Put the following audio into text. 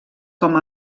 com